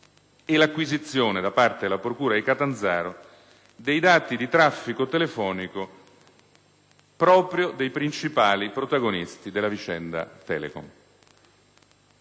e l'acquisizione, da parte della procura di Catanzaro, dei dati di traffico telefonico proprio dei principali protagonisti della vicenda Telecom.